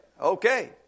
Okay